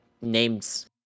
names